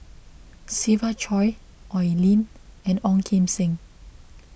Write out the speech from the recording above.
Siva Choy Oi Lin and Ong Kim Seng